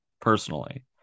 personally